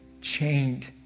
chained